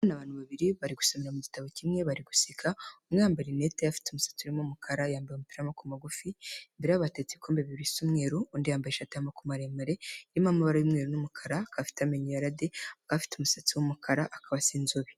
Ndabona abantu babiri bari gusomera mu gitabo kimwe bari guseka, umwe yambaye rinete, afite umusatsi w'umukara, yambaye umupira w'amoboko magufi, imbere yabo hateretse ibikombe bibiri bisa umweru, undi yambaye ishati y'amabako maremare irimo amabara y'umweru n'umukara, akaba afite amenyo yerade, afite umusatsi w'umukara, akaba asa inzobe.